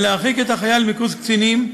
להרחיק את החייל מקורס קצינים.